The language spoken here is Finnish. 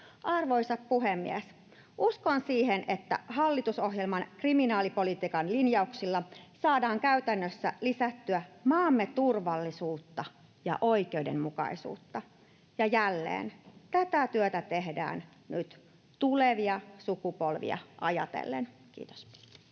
Arvoisa puhemies! Uskon siihen, että hallitusohjelman kriminaalipolitiikan linjauksilla saadaan käytännössä lisättyä maamme turvallisuutta ja oikeudenmukaisuutta. Ja — jälleen — tätä työtä tehdään nyt tulevia sukupolvia ajatellen. — Kiitos.